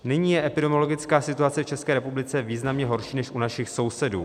Nyní je epidemiologická situace v České republice významně horší než u našich sousedů.